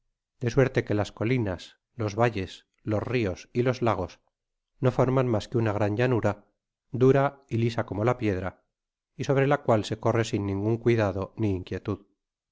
de suerte que las colinas los valles los t os y los lagos no forman mas que una gran llanura dura y lisa como la piedra y sobre la cual se corre sin ningun cuidado ni inquietud